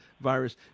virus